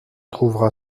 trouvera